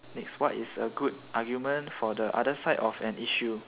next what is a good argument for the other side of an issue